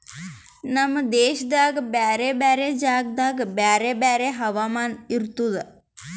ನಮ್ ದೇಶದಾಗ್ ಬ್ಯಾರೆ ಬ್ಯಾರೆ ಜಾಗದಾಗ್ ಬ್ಯಾರೆ ಬ್ಯಾರೆ ಹವಾಮಾನ ಇರ್ತುದ